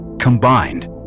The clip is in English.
combined